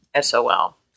SOL